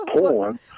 porn